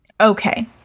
Okay